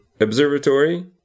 observatory